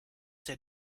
der